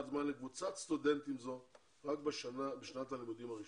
זמן לקבוצת סטודנטים זו רק בשנת הלימודים הראשונה.